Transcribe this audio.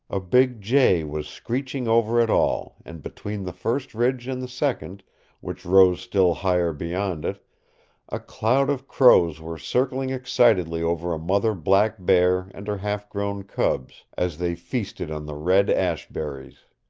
a big jay was screeching over it all, and between the first ridge and the second which rose still higher beyond it a cloud of crows were circling excitedly over a mother black bear and her half grown cubs as they feasted on the red ash berries.